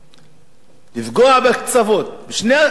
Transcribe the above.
לפגוע בקצוות, בשני הגורמים.